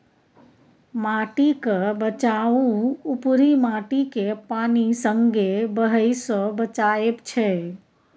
माटिक बचाउ उपरी माटिकेँ पानि संगे बहय सँ बचाएब छै